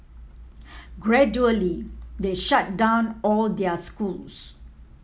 gradually they shut down all their schools